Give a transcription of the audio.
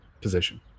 position